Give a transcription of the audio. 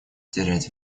терять